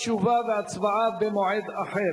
תשובה והצבעה במועד אחר.